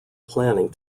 planning